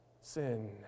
sin